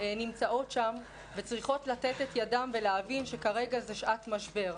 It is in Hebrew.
נמצאות שם וצריכות לתת את ידן ולהבין שכרגע זאת שעת משבר.